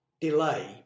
delay